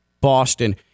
Boston